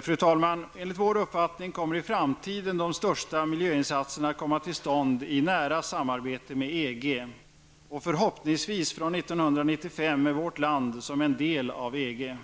Fru talman! Enligt vår uppfattning kommer i framtiden de största miljöinsatserna att komma till stånd i ett nära samarbete med EG och förhoppningsvis från 1995 med vårt land som en del av EG.